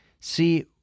See